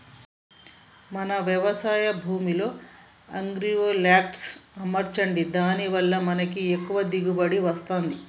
మన వ్యవసాయ భూమిలో అగ్రివోల్టాయిక్స్ అమర్చండి దాని వాళ్ళ మనకి ఎక్కువ దిగువబడి వస్తుంది